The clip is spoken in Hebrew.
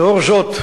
לאור זאת,